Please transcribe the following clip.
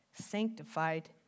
sanctified